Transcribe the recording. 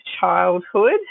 childhood